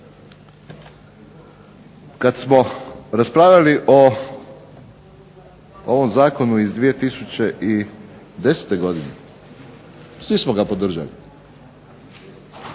Kad smo raspravljali o ovom zakonu iz 2010. godine, svi smo ga podržali,